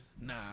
nah